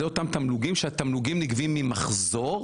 אלו אותם תמלוגים שנגבים ממחזור,